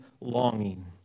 longing